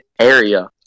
area